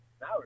Now